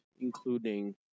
including